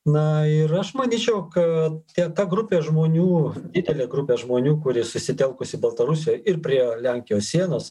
na ir aš manyčiau kad ta grupė žmonių didelė grupė žmonių kuri susitelkusi baltarusijoj ir prie lenkijos sienos